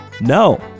no